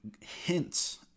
hints